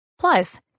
Plus